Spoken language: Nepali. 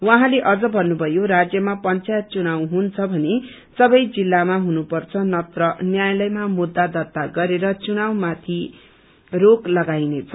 उहाँले अझ भन्नुभयो राज्यमा पंचायत चुनाव हुन्छ भने सबै जिल्लामा हुनपर्छ नत्र न्यायालयमामुद्धा दर्त्ता गरेर चुनावमाथि रोक लगाइनेछ